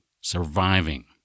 surviving